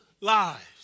lives